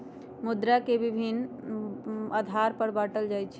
मुद्रा के विभिन्न आधार पर बाटल जाइ छइ